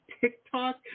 TikTok